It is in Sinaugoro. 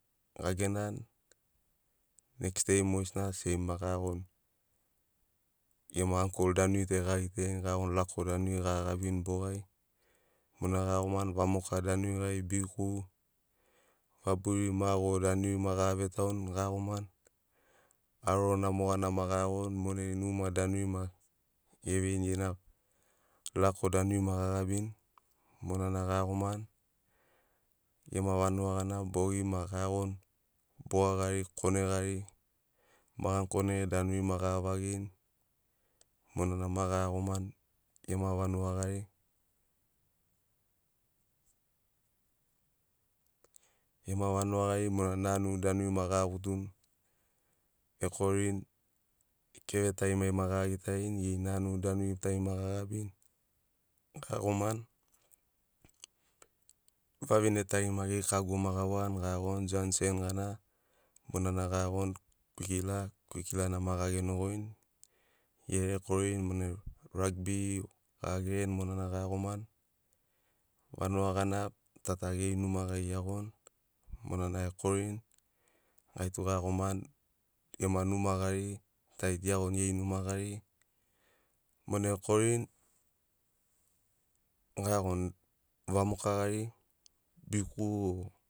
Ga genani next dei mogesina seim ma gaiagoni gema ankol danuri tari gagitarini gaiagoni lako danuri gagabini bogai monana gaiagomani vamoka danuri gari biku, vaburi mago danuri ma gavetauni gaiagomani aroro na mogana ma gaiagoni monai numa danuri ma gaveini, gena lako danuri ma gagabini monana gaiagomani gema vanuga gana bogi ma gaiagoni boga gari kone gari magani kone danuri ma gavagirini monana ma gaiagomani gema vanuga gari. Gema vanuga gari monana nanu danuri ma gagutuni ekorini keve tarimari ma gagitarini geri nanu danuri tari ma gagabini gaiagomani vavine tari ma geri kago ma gawani giagoni janksen gana monana gaiagoni kwikila, kwikilana ma gagenogoini gere ekorini monai ragbi agereni monana gaiagomani vanuga gana ta ta geri nua gari geiagoni monana ekorini gaitu gaiagomani gema numa gari tari tu geagoni geri numa gari monai ekorini gaiagoni vamoka gari biku o